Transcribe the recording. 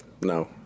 No